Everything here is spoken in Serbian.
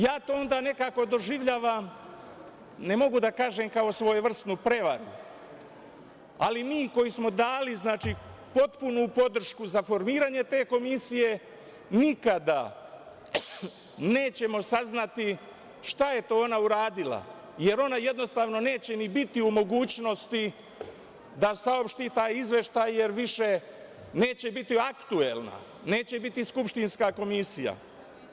Ja to onda nekako doživljavam ne mogu da kažem kao svojevrsnu prevaru, ali mi koji smo dali potpunu podršku za formiranje te komisije nikada nećemo saznati šta je to ona uradila, jer ona jednostavno neće biti u mogućnosti da saopšti taj izveštaj jer više neće biti aktuelna, neće biti skupštinska komisija.